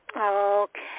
Okay